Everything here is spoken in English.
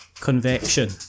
convection